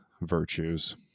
virtues